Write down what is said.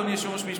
אדוני היושב-ראש,